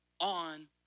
on